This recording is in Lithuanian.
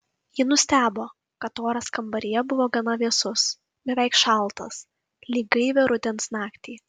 ji nustebo kad oras kambaryje buvo gana vėsus beveik šaltas lyg gaivią rudens naktį